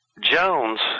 Jones